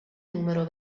numero